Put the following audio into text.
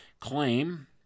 claim